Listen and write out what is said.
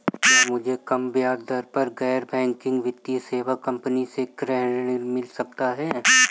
क्या मुझे कम ब्याज दर पर गैर बैंकिंग वित्तीय सेवा कंपनी से गृह ऋण मिल सकता है?